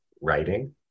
writing